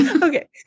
Okay